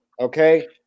Okay